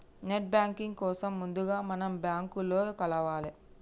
net banking కోసం ముందుగా మనం బ్యాంకులో కలవాలే